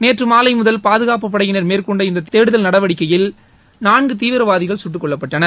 நேற்றுமாலைமுதல் பாதுகாப்புப்படையினர் மேற்கொண்ட இந்ததேர்தல் நடவடிக்கையில் நான்குதீவிரவாதிகள் சுட்டுக்கொல்லப்பட்டனர்